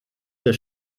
der